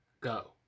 go